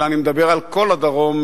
אלא אני מדבר על כל הדרום,